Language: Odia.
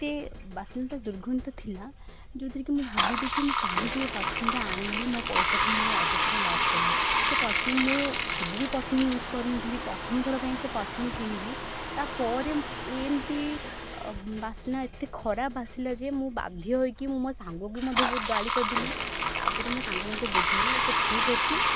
ଏତେ ବାସ୍ନାଟା ଦୁର୍ଗନ୍ଧ ଥିଲା ଯେଉଁଥିରେକି ମୁଁ ଭାବିଲିକି କାହିଁକି ମୁଁ ଏ ପରଫ୍ୟୁମ୍ଟା ଆଣିଲି ମୋ ପଇସାକୁ ମୁଁ ଅଯଥାରେ ଲସ୍ କଲି ସେ ପରଫ୍ୟୁମ୍ ମୁଁ କେବେବି ପରଫ୍ୟୁମ୍ ୟୁଜ୍ କରୁନଥିଲି ପ୍ରଥମଥର ପାଇଁ ସେ ପରଫ୍ୟୁମ୍ କିଣିଲି ତା'ପରେ ଏମତି ବାସ୍ନା ଏତେ ଖରାପ ବାସିଲା ଯେ ମୁଁ ବାଧ୍ୟ ହୋଇକି ମୁଁ ମୋ ସାଙ୍ଗକୁ ମଧ୍ୟ ବହୁତ ଗାଳି କରିଦେଲି ତା'ପରେ ମୋ ସାଙ୍ଗ ମୋତେ ବୁଝେଇଲା ଆଚ୍ଛା ଠିକ୍ ଅଛି